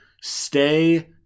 Stay